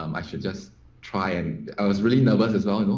um i should just try and i was really nervous as well. you know